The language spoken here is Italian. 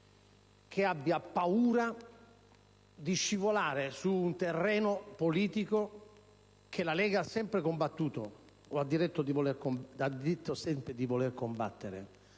che abbia paura di scivolare su un terreno politico che la Lega ha sempre combattuto, o ha detto sempre di voler combattere.